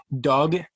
Doug